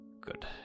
Good